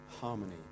harmony